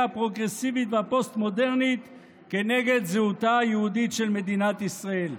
הפרוגרסיבית והפוסט-מודרנית כנגד זהותה היהודית של מדינת ישראל.